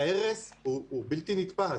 ההרס הוא בלתי נתפס.